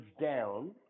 down